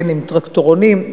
עם טרקטורונים.